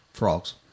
Frogs